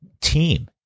team